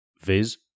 Viz